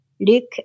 Luke